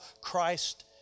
Christ